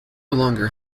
longer